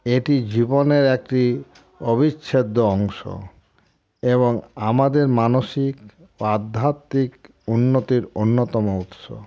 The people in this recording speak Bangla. এটি জীবনের একটি অবিচ্ছেদ্য অংশ এবং আমাদের মানসিক ও আধ্যাত্মিক উন্নতির অন্যতম উৎস